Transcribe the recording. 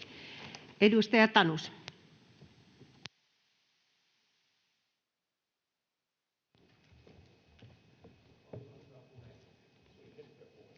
Edustaja Tanus.